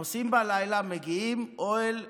נוסעים ומגיעים, אוהל וצריפים,